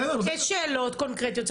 יש שאלות קונקרטיות,